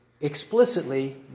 explicitly